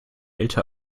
älter